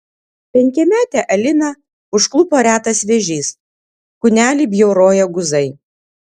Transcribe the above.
penkiametę aliną užklupo retas vėžys kūnelį bjauroja guzai